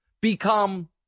become